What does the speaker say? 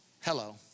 Hello